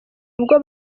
ubwo